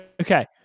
Okay